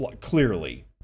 clearly